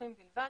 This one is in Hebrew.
דיווחים בלבד.